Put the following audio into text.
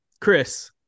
Chris